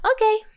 Okay